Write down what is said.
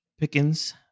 Pickens